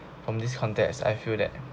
from this context I feel that